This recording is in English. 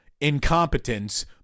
incompetence